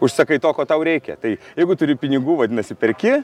užsakai to ko tau reikia tai jeigu turi pinigų vadinasi perki